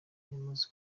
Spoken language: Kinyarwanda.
yamaze